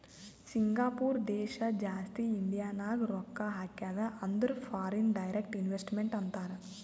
Singapore ದೇಶ ಜಾಸ್ತಿ ಇಂಡಿಯಾನಾಗ್ ರೊಕ್ಕಾ ಹಾಕ್ಯಾದ ಅಂದುರ್ ಫಾರಿನ್ ಡೈರೆಕ್ಟ್ ಇನ್ವೆಸ್ಟ್ಮೆಂಟ್ ಅಂತಾರ್